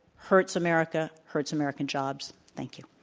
hurts america, hurts american jobs, thank you.